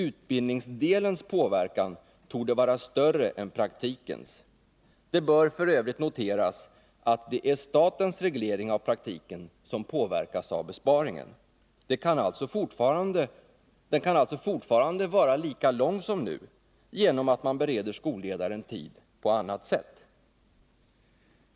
Utbildningsdelens påverkan torde vara större än praktikens. Det bör f. ö. noteras att det är statens reglering av praktiken som påverkas av besparingarna. Praktiktiden kan alltså fortfarande vara lika lång som nu genom att man bereder skolledaren tid på annat sätt.